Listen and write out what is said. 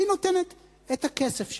היא נותנת את הכסף שלה.